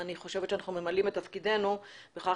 אני חושבת שהיום אנחנו ממלאים את תפקידונו בכך